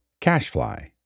Cashfly